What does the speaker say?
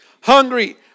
Hungry